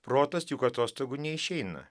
protas juk atostogų neišeina